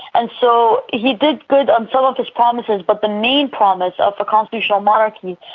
and so he did good on some of his promises but the main promise, of a constitutional monarchy,